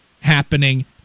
happening